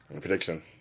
prediction